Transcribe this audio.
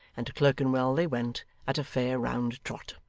and to clerkenwell they went at a fair round trot.